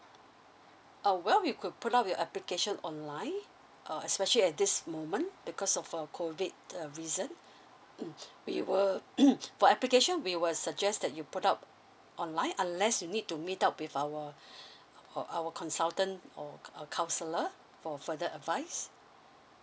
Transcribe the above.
uh well we could put up your application online uh especially at this moment because of uh COVID uh reason mm we will for application we will suggest that you put up online unless you need to meet up with our uh our consultant or a counselor for further advice